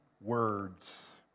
words